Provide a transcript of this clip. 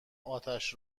اتش